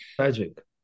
Tragic